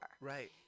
Right